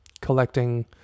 collecting